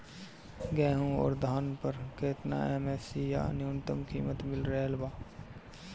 गेहूं अउर धान पर केतना एम.एफ.सी या न्यूनतम कीमत मिल रहल बा?